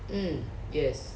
mm yes